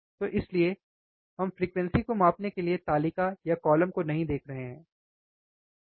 तो इसीलिए हम फ्रीक्वेंसी को मापने के लिए तालिका या कौलम को नहीं देख रहे हैं ठीक है